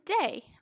today